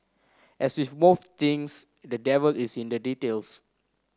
as with most things the devil is in the details